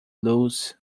loose